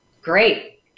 great